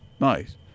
Nice